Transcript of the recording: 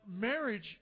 marriage